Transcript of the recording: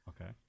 Okay